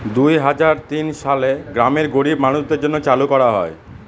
দুই হাজার তিন সালে গ্রামের গরীব মানুষদের জন্য চালু করা হয়